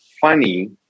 funny